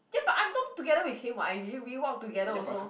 K but I'm talking together with him [what] I usually we walk together also